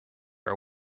are